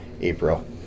April